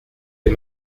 les